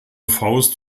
faust